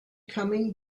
coming